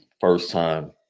first-time